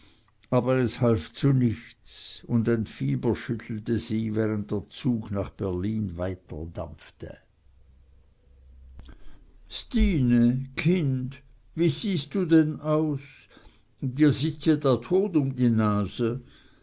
aber es half zu nichts und ein fieber schüttelte sie während der zug nach berlin weiterdampfte stine kind wie siehst du denn aus dir sitzt ja der dod um die nase